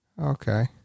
Okay